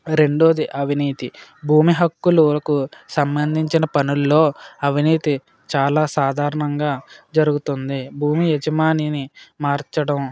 ఆ రెండవది అవినీతి భూమి హక్కులు వరకు సంబంధించిన పనుల్లో అవినీతి చాలా సాధారణంగా జరుగుతుంది భూమి యజమానిని మార్చడం